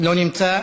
לא נמצא.